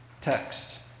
text